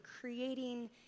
creating